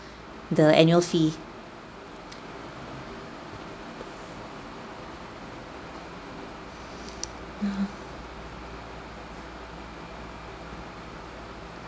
the annual fee uh